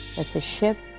the ship,